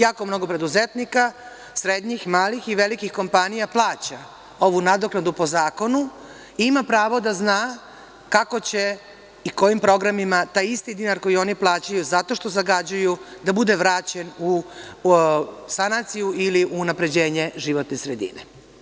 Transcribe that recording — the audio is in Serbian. Jako mnogo preduzetnika srednjih, malih i velikih kompanija plaća ovu nadoknadu po zakonu i ima pravo da zna kako će i kojim programima taj isti dinar koji oni plaćaju zato što zagađuju, da bude vraćen u sanaciju ili u unapređenje životne sredine.